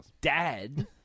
Dad